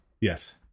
Yes